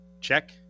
check